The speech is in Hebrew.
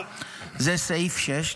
זה סעיף 6,